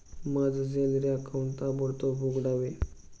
माझं salary account ताबडतोब उघडावे